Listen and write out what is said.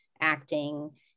acting